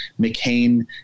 McCain